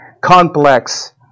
complex